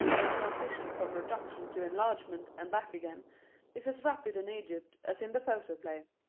the transition from reduction to enlargement and back again is as rapid in egypt as in the photoplay.